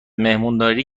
مهمونداری